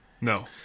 No